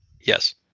Yes